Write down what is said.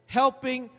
helping